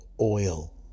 oil